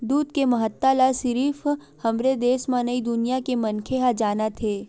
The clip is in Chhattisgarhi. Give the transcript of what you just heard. दूद के महत्ता ल सिरिफ हमरे देस म नइ दुनिया के मनखे ह जानत हे